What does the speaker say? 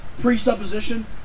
presupposition